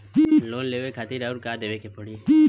Loan लेवे खातिर अउर का देवे के पड़ी?